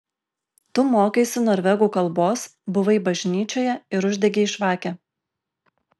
tu mokaisi norvegų kalbos buvai bažnyčioje ir uždegei žvakę